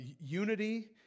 Unity